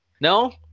No